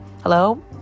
Hello